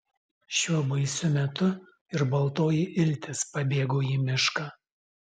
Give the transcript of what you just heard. šiuo baisiu metu ir baltoji iltis pabėgo į mišką